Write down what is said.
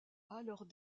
alors